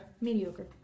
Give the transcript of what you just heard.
Mediocre